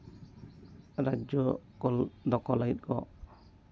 ᱨᱟᱡᱽᱡᱚ ᱠᱚ ᱫᱚᱠᱷᱚᱞ ᱞᱟᱹᱜᱤᱫ ᱠᱚ